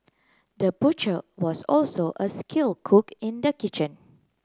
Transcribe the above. the butcher was also a skill cook in the kitchen